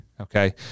okay